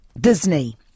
Disney